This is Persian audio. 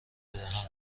بدهم